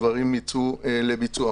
הדברים יצאו לביצוע.